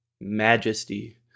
majesty